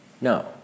No